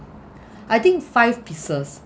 I think five pieces